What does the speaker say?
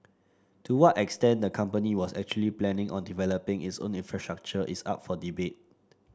to what extent the company was actually planning on developing its own infrastructure is up for debate